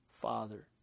Father